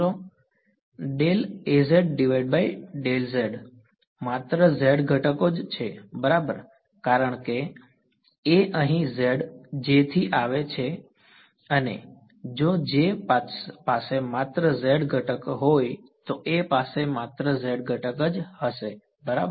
A માત્ર z દિશામાં જ છે તેથી માત્ર z ઘટકો જ છે બરાબર કારણ કે A અહીં J થી આવે છે અને જો J પાસે માત્ર z ઘટક હોય તો A પાસે માત્ર z ઘટકનો હશે બરાબર